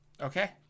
Okay